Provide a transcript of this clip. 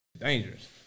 dangerous